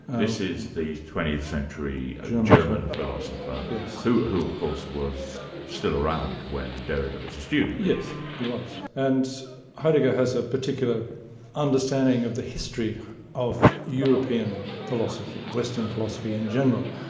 this is the twentieth century german philosopher yeah so who of course was still around when derrida was a student. yes, he was. and heidegger has a particular understanding of the history of european philosophy, western philosophy in general,